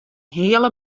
heale